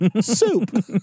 soup